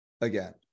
again